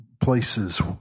places